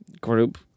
Group